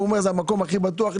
אומר: זה המקום הכי בטוח לי,